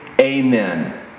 Amen